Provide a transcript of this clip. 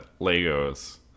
legos